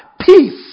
Peace